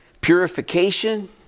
purification